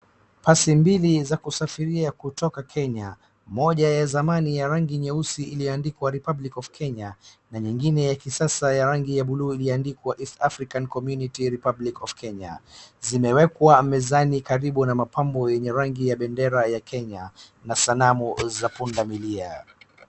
Pasi mbili za kusafiria kutoka Kenya, moja ya zamani ya rangi nyeusi iliyoandikwa Republic of Kenya na nyingine ya kisasa ya rangi ya bluu iliandikwa EastAfrican Commmunity republic of Kenya. Zimewekwa mezani karibu na mapambo yenye rangi ya bendera ya Kenya na sanamu za pundamilia.